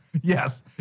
Yes